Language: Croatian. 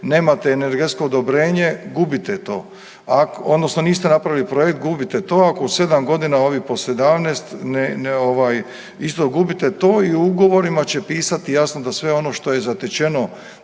nemate energetsko odobrenje gubite to odnosno niste napravili projekt gubite to. Ako u 7.g. ovih po 17 ovaj isto gubite to i u ugovorima će pisati jasno da sve ono što je zatečeno